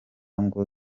ngo